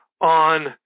on